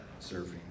Surfing